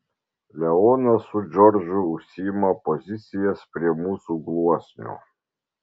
leonas su džordžu užsiima pozicijas prie mūsų gluosnio